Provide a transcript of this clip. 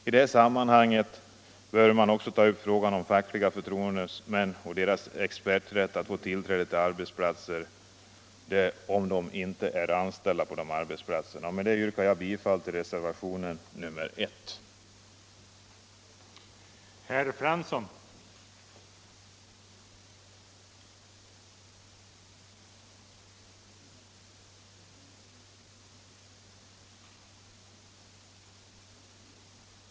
I det sammanhanget bör man också ta upp frågan om fackliga förtroendemäns och deras experters rätt att få tillträde till arbetsplatser där de inte är anställda. Jag yrkar bifall till reservationen 1.